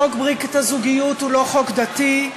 חוק ברית הזוגיות הוא לא חוק דתי,